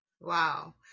Wow